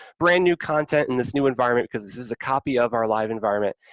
brand new content in this new environment, because this is a copy of our live environment,